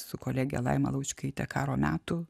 su kolege laima laučkaite karo metų